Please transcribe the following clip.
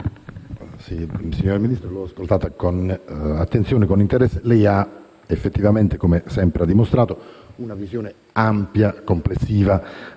Signor Ministro, l'ho ascoltata con attenzione e interesse. Lei ha effettivamente, come sempre ha dimostrato, una visione ampia e complessiva